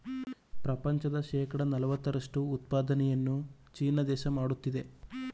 ಪ್ರಪಂಚದ ಶೇಕಡ ನಲವತ್ತರಷ್ಟು ಉತ್ಪಾದನೆಯನ್ನು ಚೀನಾ ದೇಶ ಮಾಡುತ್ತಿದೆ